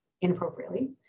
inappropriately